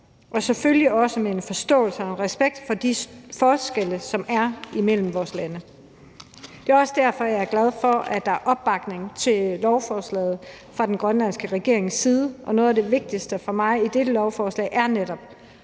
og selvfølgelig også med en forståelse og en respekt for de forskelle, som er imellem vores lande. Det er også derfor, at jeg er glad for, at der er opbakning til lovforslaget fra den grønlandske regerings side, og noget af det vigtigste for mig i dette lovforslag er netop,